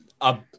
up